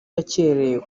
yakerewe